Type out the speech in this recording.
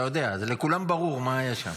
אתה יודע, זה לכולם ברור מה היה שם.